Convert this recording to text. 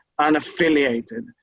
unaffiliated